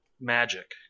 Magic